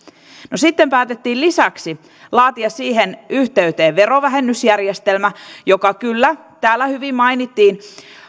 no sitten päätettiin lisäksi laatia siihen yhteyteen verovähennysjärjestelmä joka kyllä täällä hyvin mainittiin